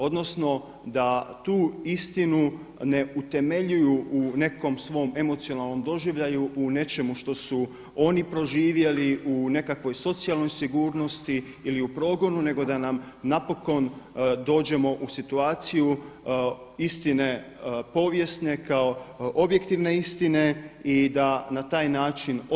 Odnosno da tu istinu ne utemeljuju u nekom svom emocionalnom doživljaju u nečemu što su oni proživjeli, u nekakvoj socijalnoj sigurnosti ili u progonu nego da napokon dođemo u situaciju istine povijesne kao objektivne istine i da na taj način otvorimo vrata i razvoju povijesti i razvoju politike.